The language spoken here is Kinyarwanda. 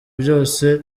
byose